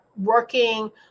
working